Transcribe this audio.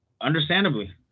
Understandably